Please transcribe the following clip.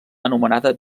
anomenada